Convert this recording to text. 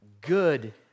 good